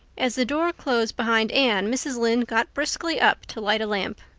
as the door closed behind anne mrs. lynde got briskly up to light a lamp.